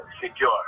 secure